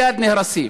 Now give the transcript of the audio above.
מייד נהרסות.